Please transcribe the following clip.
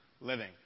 living